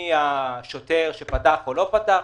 מהשוטר שפתח או לא פתח,